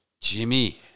Jimmy